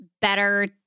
better